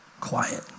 Quiet